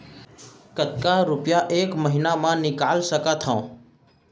कतका रुपिया एक महीना म निकाल सकथव?